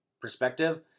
perspective